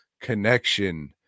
connection